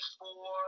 four